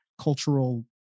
cultural